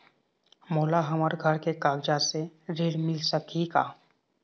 मोला हमर घर के कागजात से ऋण मिल सकही का?